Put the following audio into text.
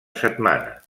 setmana